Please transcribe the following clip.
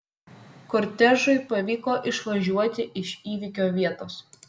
kortežui pavyko išvažiuoti iš įvykio vietos